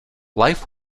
life